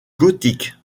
gothique